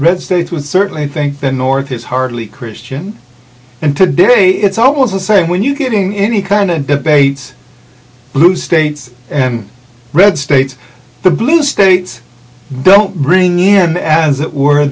red states would certainly think the north is hardly christian and today it's almost the same when you getting any kind of debate blue states and red states blue states don't bring him as